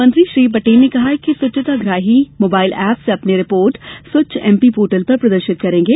मंत्री श्री पटेल ने कहा कि स्वच्छाग्राही मोबाइल एप से अपनी रिपोर्ट स्वच्छ एमपी पोर्टल पर प्रदर्शित करेंगे